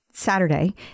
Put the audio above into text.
saturday